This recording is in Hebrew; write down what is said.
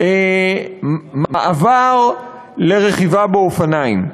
מעבר לרכיבה באופניים.